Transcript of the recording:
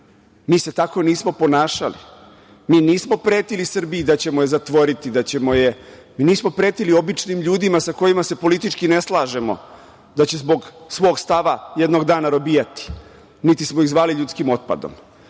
Mi se tako nismo ponašali. Mi nismo pretili Srbiji da ćemo je zatvoriti, da ćemo je… Mi nismo pretili običnim ljudima sa kojima se politički ne slažemo da će zbog svog stava jednog dana robijati, niti smo ih zvali ljudskim otpadom.